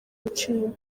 ibiciro